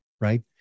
right